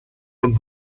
and